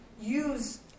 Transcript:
use